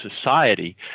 society